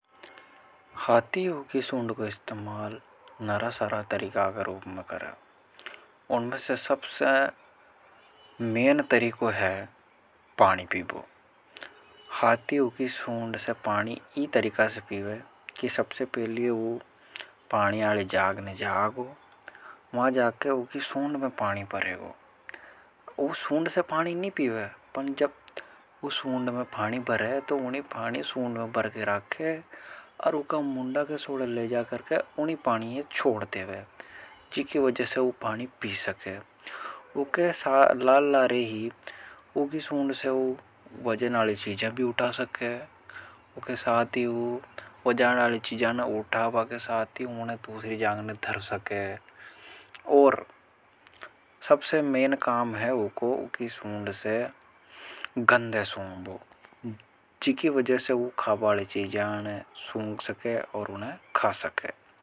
हाथियों की सूंड को इस्तेमाल नरा सारा तरीका का रूप में करें। उनमें से सबसे मेन तरीको है पानी पीवो। हाथियों की सूंड से पानी इन तरीका से पीवे। कि सबसे पहले वो पानी आले जागन जागो। महा जाके वो की सूंड में पानी भरेगो। वह सूंड से पानी नहीं पीवा है पर जब वह सूंद में पानी भर है तो उन्हीं पानी सूंद में भरके रखे और उनका। मुंदा के सोड़े ले जा करके उन्हीं पानी यह छोड़ते हुए जिकी वजह से उन्हीं पानी पी सके उनके साथ लाललारे ही उनक। सूंड से ऊ वजन आली चीजों भी उठा सके उसके साथ ही ऊ वजाना आली चीजा ने उताबा के साथ ही उने दूसरी जांगीं धर सके और। सबसे मेन काम है ओ यूकी सूंड से को गंधे सांगबो जी की वजह से वह खाबाले चीजाएं ने सूख सके और उन्हें खा सके।